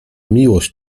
miłość